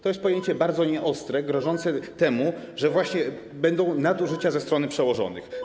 To jest pojęcie bardzo nieostre, grożące tym, że będą nadużycia ze strony przełożonych.